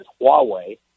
Huawei